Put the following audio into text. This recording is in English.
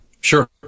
Sure